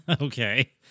Okay